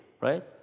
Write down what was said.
right